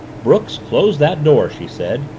brooks, close that door! she said,